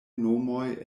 nomoj